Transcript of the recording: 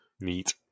Neat